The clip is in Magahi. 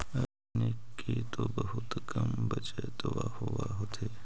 अपने के तो बहुते कम बचतबा होब होथिं?